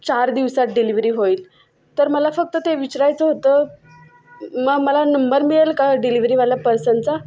चार दिवसात डिलिवरी होईल तर मला फक्त ते विचारायचं होतं म मला नंबर मिळेल का डिलिवरीवाल्या पर्सनचा